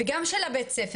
וגם של בית-הספר,